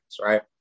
Right